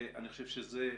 זה,